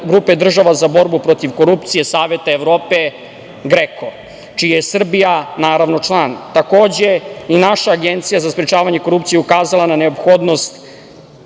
grupe država za borbu protiv korupcije Saveta Evrope GREKO, čiji je Srbija član. Takođe, naša Agencija za sprečavanje korupcije ukazala je na neophodnost